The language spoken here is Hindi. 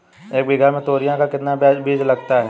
एक बीघा में तोरियां का कितना बीज लगता है?